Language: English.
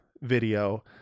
video